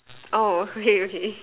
oh okay okay